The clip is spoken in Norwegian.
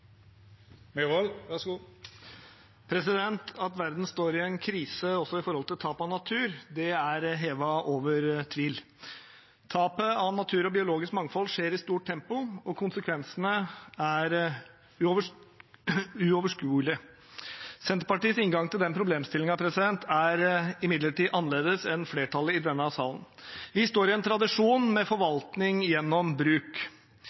over tvil. Tapet av natur og biologisk mangfold skjer i stort tempo, og konsekvensene er uoverskuelige. Senterpartiets inngang til den problemstillingen er imidlertid annerledes enn den flertallet i denne salen har. Vi står i en tradisjon med forvaltning gjennom bruk.